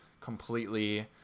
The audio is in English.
completely